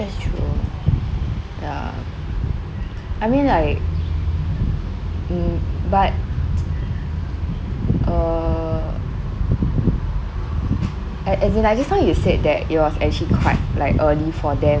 that's true ya I mean like mm but err as as in like just now you said that it was actually quite like early for them